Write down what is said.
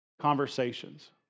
conversations